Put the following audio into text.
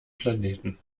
planeten